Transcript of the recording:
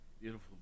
Beautiful